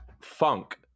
funk